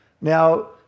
Now